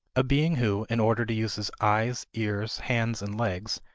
a being who, in order to use his eyes, ears, hands, and legs,